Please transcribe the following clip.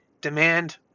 demand